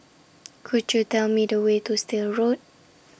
Could YOU Tell Me The Way to Still Road